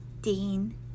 Dean